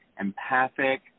empathic